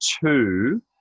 two